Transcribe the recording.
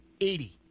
eighty